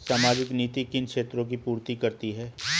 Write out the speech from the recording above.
सामाजिक नीति किन क्षेत्रों की पूर्ति करती है?